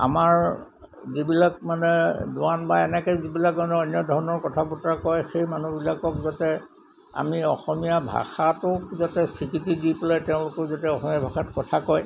আমাৰ যিবিলাক মানে দুৱান বা এনেকৈ যিবিলাক মানে অন্য ধৰণৰ কথা বতৰা কয় সেই মানুহবিলাকক যাতে আমি অসমীয়া ভাষাটোক যাতে স্বীকৃতি দি পেলাই তেওঁলোকো যাতে অসমীয়া ভাষাত কথা কয়